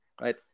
right